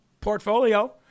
portfolio